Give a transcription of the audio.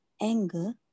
Anger